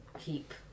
keep